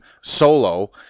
solo